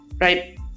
right